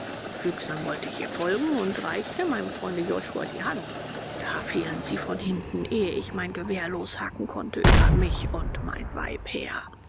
fügsam wollte ich ihr folgen und reichte meinem freunde josua die hand da fielen sie von hinten ehe ich mein gewehr loshaken konnte über mich und mein weib her